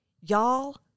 Y'all